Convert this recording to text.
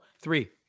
three